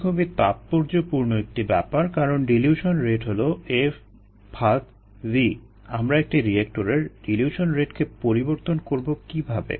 এটা খুবই তাৎপর্যপূর্ণ একটি ব্যাপার কারণ ডিলিউশন রেট হলো FV আমরা একটি রিয়েক্টরের ডিলিউশন রেটকে পরিবর্তন করবো কীভাবে